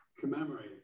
commemorate